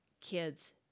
kids